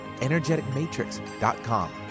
energeticmatrix.com